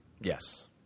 Yes